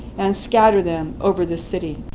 and scatter them over the city.